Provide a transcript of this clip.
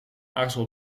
aarzel